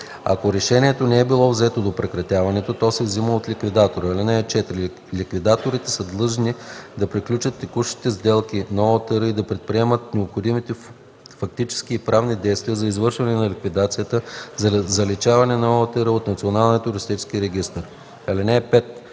Ако решението не е било взето до прекратяването, то се взема от ликвидатора. (4) Ликвидаторите са длъжни да приключат текущите сделки на ОУТР и да предприемат необходимите фактически и правни действия за извършване на ликвидацията и за заличаване на ОУТР от Националния